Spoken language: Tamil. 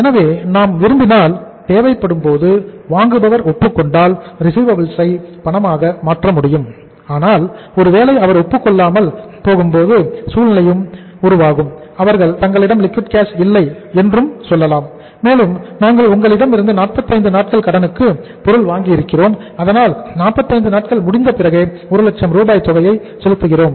எனவே நாம் விரும்பினால் தேவைப்படும்போது வாங்குபவர் ஒப்புக்கொண்டால் ரிசிவபில்ஸ் இல்லை என்றும் சொல்லலாம் மேலும் நாங்கள் உங்களிடமிருந்து 45 நாட்கள் கடனுக்கு பொருள் வாங்கியிருக்கிறோம் அதனால் 45 நாட்கள் முடிந்த பிறகு ஒரு லட்சம் ரூபாய் தொகையை செலுத்துகிறோம்